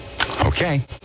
Okay